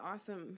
awesome